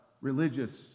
religious